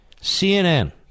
CNN